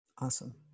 Awesome